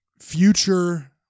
future